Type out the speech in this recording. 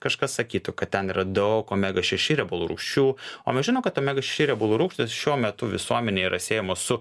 kažkas sakytų kad ten yra daug omega šeši riebalų rūgščių o mes žinom omega šeši riebalų rūgštys šiuo metu visuomenėj yra siejamos su